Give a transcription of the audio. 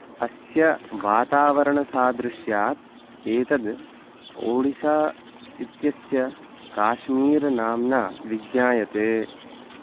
अस्य वातावरणसादृश्यात् एतद् ओडिसा इत्यस्य काश्मीर् नाम्ना विज्ञायते